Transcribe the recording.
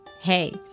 Hey